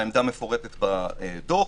העמדה מפורטת בדוח.